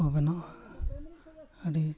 ᱠᱚ ᱵᱮᱱᱟᱜᱼᱟ ᱟᱹᱰᱤ